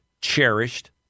cherished